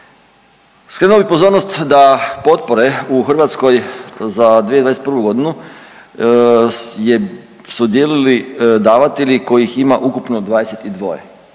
Skrenuo bih pozornost da potpore u Hrvatskoj za 2021. godinu su dijelili davatelji kojih ima ukupno 22.